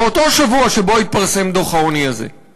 באותו שבוע שבו התפרסם דוח העוני הזה;